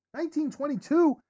1922